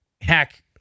hack